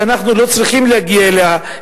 שאנחנו לא צריכים להגיע אליה,